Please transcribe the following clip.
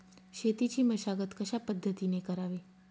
शेतीची मशागत कशापद्धतीने करावी?